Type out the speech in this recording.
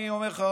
אני אומר לך,